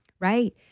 Right